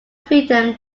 freedom